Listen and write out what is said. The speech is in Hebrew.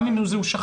גם אם הוא שכח,